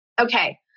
Okay